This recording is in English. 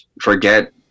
forget